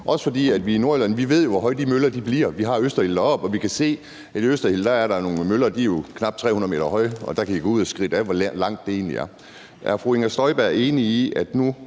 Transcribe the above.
ved, hvor høje de møller bliver. Vi har Østerild deroppe, og vi kan se, at der i Østerild er nogle møller, der er knap 300 m høje, og der kan I gå ud og skridte det af og se, hvor højt det egentlig er. Der var jo en snak om, at vi